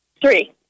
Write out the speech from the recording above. Three